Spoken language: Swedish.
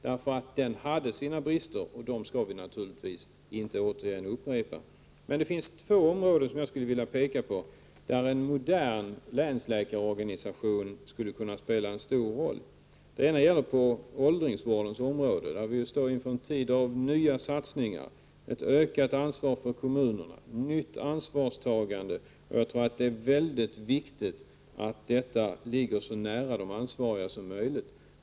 Den hade sina brister, och vi skall naturligtvis se till att de inte kvarstår. Det finns två områden som jag vill peka på, där en modern länsläkarorganisation skulle kunna spela en betydande roll. Det ena området gäller åldringsvården, där vi står inför en tid med nya satsningar, ett ökat ansvar för kommunerna och ett ansvarstagande av nytt slag. Jag tror att det är väldigt viktigt att detta ligger så nära de ansvariga som möjligt.